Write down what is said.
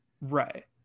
Right